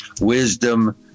wisdom